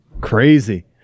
Crazy